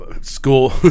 school